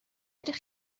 ydych